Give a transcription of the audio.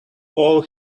all